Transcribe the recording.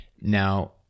now